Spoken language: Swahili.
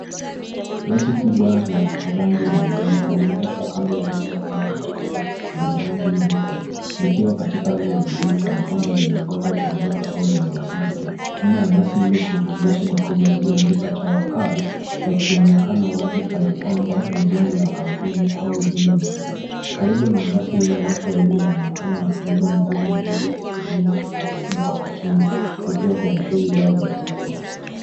Basi kubwa la rangi ya manjano limeegeshwa kando ya nyumba kubwa ghorofa lenye rangi nyeupe, likiwa katika hali ya utulivu kanakwamba linangoja kuondoka au limewasili tu. Nyuma ya basi hilo kuna maandishi makubwa yaliyoandikwa Tawakal yakionekana wazi kanakwamba ni jina la kampuni au ujumbe maalum. Karibu na basi hilo watu wawili wanaonekana wakibeba mizigo mzito kutumia mkokoteni wakiwa kwenye shughuli zao za kila siku.